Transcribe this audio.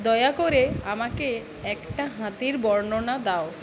দয়া করে আমাকে একটা হাতির বর্ণনা দাও